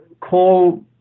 call